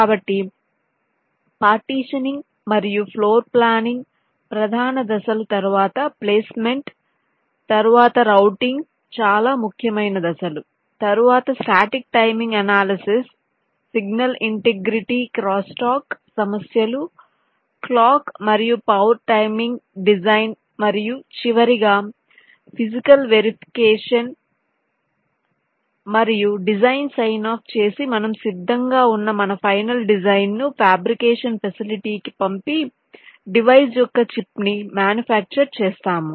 కాబట్టి పార్టీషనింగ్ మరియు floor planning ప్రధాన దశలు తరువాత ప్లేస్ మెంట్ తరువాత రౌటింగ్ చాలా ముఖ్యమైన దశలు తరువాత static timing analysis signal integrity crosstalk సమస్యలు క్లాక్ మరియు పవర్ టైమింగ్ డిజైన్ మరియు చివరిగా ఫిజికల్ వెరిఫికేషన్ మరియు డిజైన్ సైన్ ఆఫ్ చేసి మనము సిద్ధంగా ఉన్న మన ఫైనల్ డిజైన్ ను ఫాబ్రికేషన్ ఫెసిలిటీ కి పంపి డివైస్ యొక్క చిప్ ని మ్యానుఫ్యాక్చర్ చేస్తాము